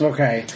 Okay